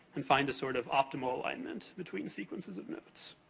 and find a, sort of, optimal alignment between sequences of notes.